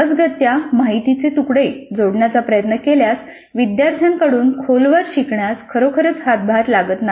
सहजगत्या माहितीचे तुकडे जोडण्याचा प्रयत्न केल्यास विद्यार्थ्यांकडून खोलवर शिकण्यास खरोखरच हातभार लागत नाही